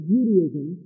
Judaism